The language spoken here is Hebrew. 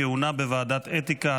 כהונה בוועדת אתיקה),